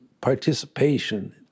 participation